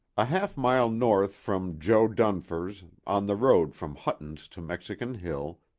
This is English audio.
a half-mile north from jo. dunfer's, on the road from hutton's to mexican hill,